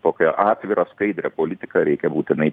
tokią atvirą skaidrią politiką reikia būtinai